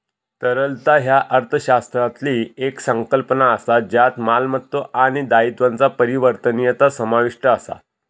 तरलता ह्या अर्थशास्त्रातली येक संकल्पना असा ज्यात मालमत्तो आणि दायित्वांचा परिवर्तनीयता समाविष्ट असा